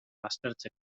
baztertzeko